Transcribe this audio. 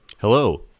Hello